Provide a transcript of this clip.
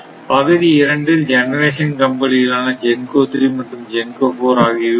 பகுதி இரண்டில் ஜெனரேஷன் கம்பெனிகள் ஆன GENCO 3 மற்றும் GENCO 4 ஆகியவை உள்ளன